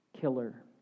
killer